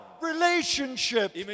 Relationship